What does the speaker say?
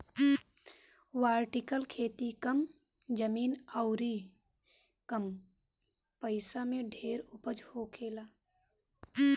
vertical खेती कम जमीन अउरी कम पइसा में ढेर उपज होखेला